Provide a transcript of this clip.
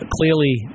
clearly